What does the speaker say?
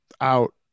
out